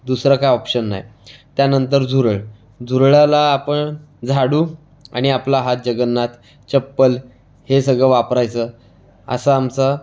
दुसरं काय ऑप्शन नाही त्यानंतर झुरळ झुरळाला आपण झाडू आणि आपला हात जग्गन्नाथ चप्पल हे सगळं वापरायचं असं आमचं